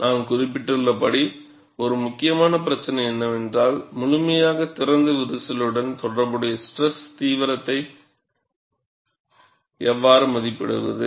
நான் குறிப்பிட்டுள்ளபடி ஒரு முக்கியமான பிரச்சினை என்னவென்றால் முழுமையாக திறந்த விரிசலுடன் தொடர்புடைய ஸ்ட்ரெஸ் தீவிரத்தை எவ்வாறு மதிப்பிடுவது